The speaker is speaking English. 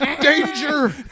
danger